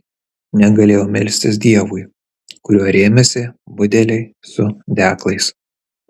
negalėjau melstis dievui kuriuo rėmėsi budeliai su deglais